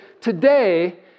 Today